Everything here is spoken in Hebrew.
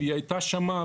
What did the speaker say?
היא הייתה שם,